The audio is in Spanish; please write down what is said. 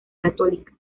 católica